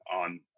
on